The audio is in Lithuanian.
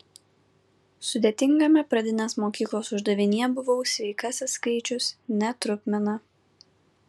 sudėtingame pradinės mokyklos uždavinyje buvau sveikasis skaičius ne trupmena